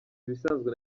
ibisanzwe